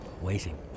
waiting